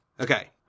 Okay